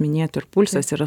minėjot ir pulsas yra